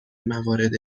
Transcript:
موارد